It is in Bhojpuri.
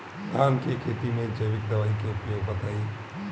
धान के खेती में जैविक दवाई के उपयोग बताइए?